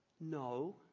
No